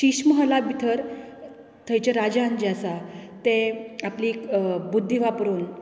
शिश महला भितर थंयचे राजान जे आसा तें आपली बुद्दी वापरून